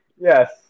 Yes